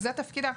זהו תפקידה.